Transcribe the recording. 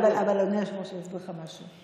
אדוני היושב-ראש, אני אסביר לך משהו.